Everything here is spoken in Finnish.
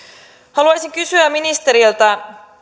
haluaisin kysyä ministeriltä